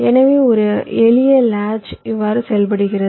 எனவே ஒரு எளிய லாட்ச் இவ்வாறு செயல்படுகிறது